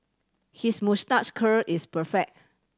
his moustache curl is perfect